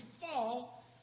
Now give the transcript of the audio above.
fall